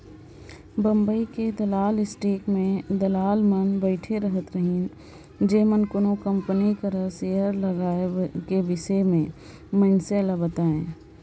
बंबई के दलाल स्टीक में दलाल मन बइठे रहत रहिन जेमन कोनो कंपनी कर सेयर लगाए कर बिसे में मइनसे मन ल बतांए